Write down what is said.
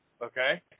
Okay